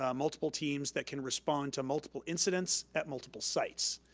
ah multiple teams that can respond to multiple incidents at multiple sites.